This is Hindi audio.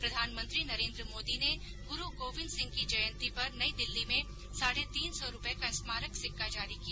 प्रधानमंत्री नरेन्द्र मोदी ने ग्रु गोबिंद सिंह जी की जयंती पर नई दिल्ली में साढ़े तीन सौ रुपये का स्मारक सिक्का जारी किया